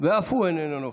אף הוא איננו נוכח.